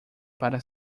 para